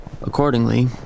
Accordingly